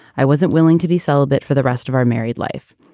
i wasn't willing to be celibate for the rest of our married life.